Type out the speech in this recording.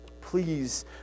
Please